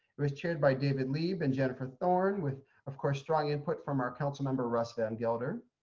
it was chaired by david leib and jennifer thorne with of course strong input from our council member russ van gelder.